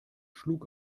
schlug